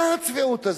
מה הצביעות הזאת?